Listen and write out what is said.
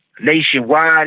Nationwide